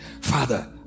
Father